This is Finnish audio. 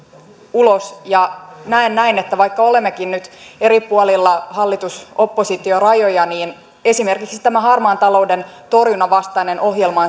ulos ja näen että vaikka olemmekin nyt eri puolilla hallitus oppositio rajoja niin esimerkiksi tämä harmaan talouden torjunnan ohjelma on